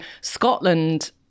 Scotland